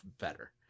better